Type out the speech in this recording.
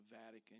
Vatican